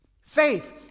Faith